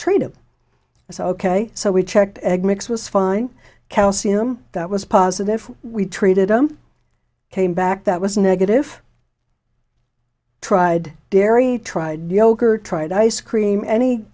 trade it it's ok so we checked egg mix was fine calcium that was positive we treated them came back that was negative tried dairy tried yogurt tried ice cream any